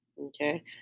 Okay